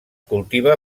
cultiva